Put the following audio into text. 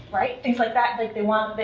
right? things like that, like they want,